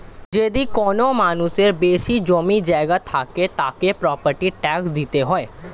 যদি কোনো মানুষের বেশি জমি জায়গা থাকে, তাকে প্রপার্টি ট্যাক্স দিতে হয়